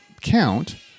count